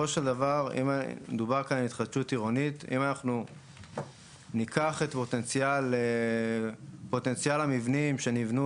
מדובר כאן על התחדשות עירונית ואם אנחנו ניקח את פוטנציאל המבנים שנבנו